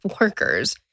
workers